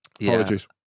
Apologies